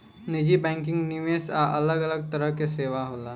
निजी बैंकिंग, निवेश आ अलग अलग तरह के सेवा होला